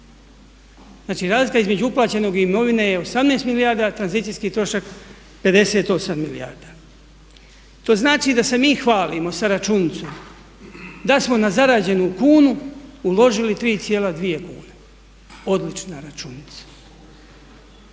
Znači razlika između uplaćenog i imovine je 18 milijardi a tranzicijski trošak 58 milijarda. To znači da se mi hvalimo sa računicom da smo na zarađenu 1 kunu uložili 3,2 kune. Odlična računica.